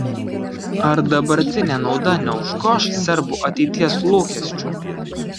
ar dabartinė nauda neužgoš serbų ateities lūkesčių